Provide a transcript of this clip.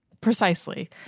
Precisely